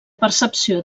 percepció